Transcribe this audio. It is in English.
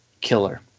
killer